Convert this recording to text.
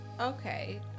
Okay